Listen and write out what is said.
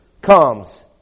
comes